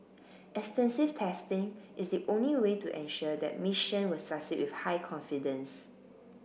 extensive testing is the only way to ensure the mission will succeed with high confidence